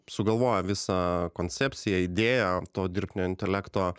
sugalvojo visą koncepciją idėją to dirbtinio intelekto